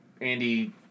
Andy